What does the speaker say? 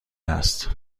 هست